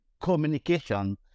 communication